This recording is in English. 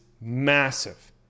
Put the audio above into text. massive